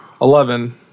Eleven